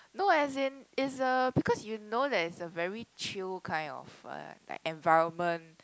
no as in it's a because you know that it's a very chill kind of uh like environment